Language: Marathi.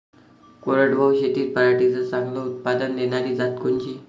कोरडवाहू शेतीत पराटीचं चांगलं उत्पादन देनारी जात कोनची?